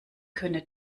könne